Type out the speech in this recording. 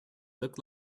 look